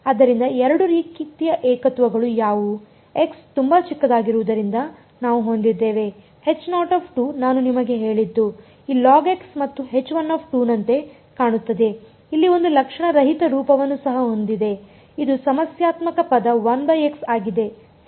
ಆದ್ದರಿಂದ 2 ರೀತಿಯ ಏಕತ್ವಗಳು ಯಾವುವು x ತುಂಬಾ ಚಿಕ್ಕದಾಗುವುದರಿಂದ ನಾವು ಹೊಂದಿದ್ದೇವೆ ನಾನು ನಿಮಗೆ ಹೇಳಿದ್ದು ಈ ಮತ್ತು ನಂತೆ ಕಾಣುತ್ತದೆ ಇಲ್ಲಿ ಒಂದು ಲಕ್ಷಣರಹಿತ ರೂಪವನ್ನು ಸಹ ಹೊಂದಿದೆ ಇದು ಸಮಸ್ಯಾತ್ಮಕ ಪದ 1 x ಆಗಿದೆ ಸರಿ